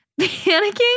Panicking